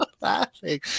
laughing